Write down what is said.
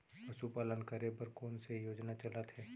पशुपालन करे बर कोन से योजना चलत हे?